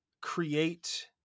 create